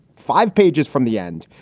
five pages from the end,